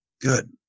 good